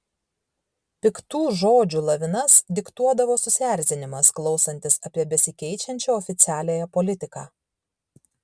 piktų žodžių lavinas diktuodavo susierzinimas klausantis apie besikeičiančią oficialiąją politiką